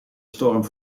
storm